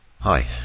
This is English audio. Hi